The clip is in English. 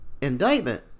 indictment